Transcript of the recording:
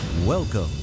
Welcome